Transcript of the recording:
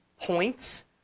points